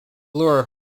lure